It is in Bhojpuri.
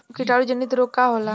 कीटाणु जनित रोग का होला?